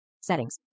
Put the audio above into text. settings